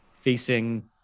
facing